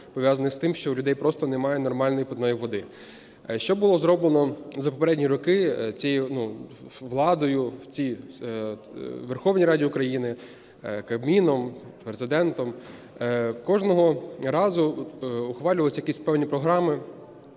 пов'язаних з тим, що у людей просто немає нормальної питної води. Що було зроблено за попередні роки цією владою, Верховною Радою України, Кабміном, Президентом? Кожного разу ухвалювалися якісь певні програми,